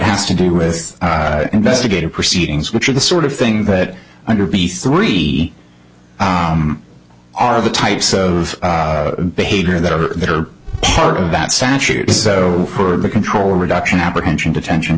has to do with investigative proceedings which are the sort of thing that under b three are the types of behavior that are that are part of that saturate so for the control reduction apprehension detenti